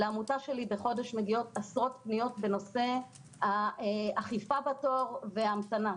לעמותה שלי בחודש מגיעות עשרות פניות בנושא אכיפה בתור והמתנה.